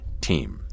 team